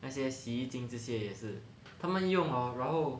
那些洗衣精这些也是他们用 hor 然后